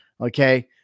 okay